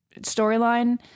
storyline